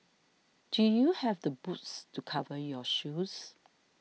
do you have the boots to cover your shoes